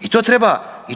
i